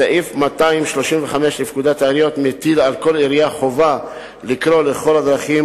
סעיף 235 לפקודת העיריות מטיל על כל עירייה חובה לקרוא לכל הדרכים,